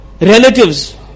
relatives